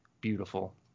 beautiful